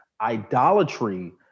idolatry